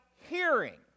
hearing